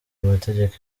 amategeko